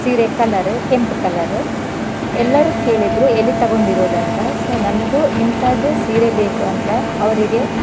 ಸೀರೆ ಕಲರ್ ಕೆಂಪು ಕಲರ್ ಎಲ್ಲರು ಕೇಳಿದರು ಎಲ್ಲಿ ತಗೊಂಡಿರೋದು ಅಂತ ಸೊ ನನಗೂ ಇಂಥಾದ್ದೇ ಸೀರೆ ಬೇಕು ಅಂತ ಅವರಿಗೆ